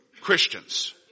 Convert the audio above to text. Christians